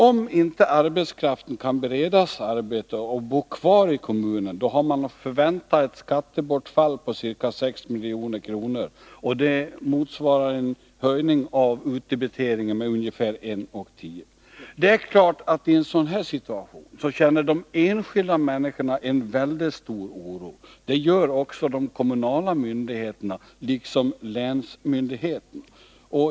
Om inte arbetskraften kan beredas arbete och bo kvar i kommunen, har man att förvänta ett skattebortfall på ca 6 milj.kr., och det motsvarar en höjning av utdebiteringen med ungefär 1:10. I en sådan här situation känner naturligtvis de enskilda människorna en mycket stor oro. Det gör också de kommunala myndigheterna, liksom länsmyndigheterna.